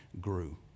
grew